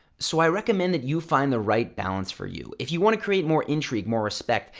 so i recommend that you find the right balance for you. if you want to create more intrigue, more respect,